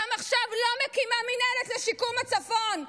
גם עכשיו היא לא מקימה מינהלת לשיקום הצפון.